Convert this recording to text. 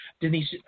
Denise